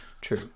True